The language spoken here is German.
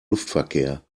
luftverkehr